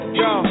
yo